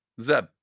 zeb